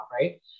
Right